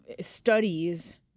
studies